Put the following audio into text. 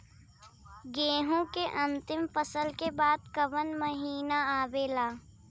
गेहूँ के अंतिम फसल के बाद कवन महीना आवेला?